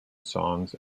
songs